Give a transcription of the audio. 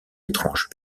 étrange